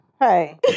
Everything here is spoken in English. Hey